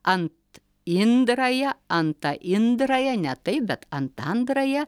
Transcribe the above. ant indraja antaindraja ne taip bet antandraja